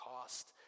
cost